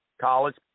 College